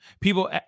People